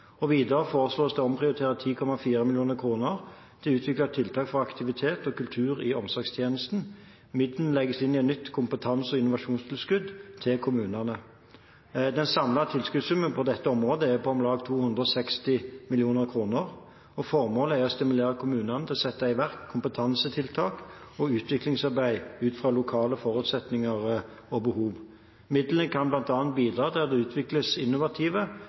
Videre foreslås det å omprioritere 10,4 mill. kr til å utvikle tiltak for aktivitet og kultur i omsorgstjenesten. Midlene legges inn i et nytt kompetanse- og innovasjonstilskudd til kommunene. Den samlede tilskuddssummen på dette området er på om lag 260 mill. kr, og formålet er å stimulere kommunene til å sette i verk kompetansetiltak og utviklingsarbeid ut fra lokale forutsetninger og behov. Midlene kan bl.a. bidra til at det utvikles innovative